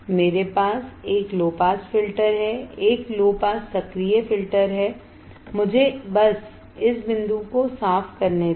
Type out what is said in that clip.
मेरे पास एक लो पास फिल्टर है एक लो पास सक्रिय फिल्टर है मुझे बस इस बिंदु को साफ करने दें